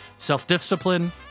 self-discipline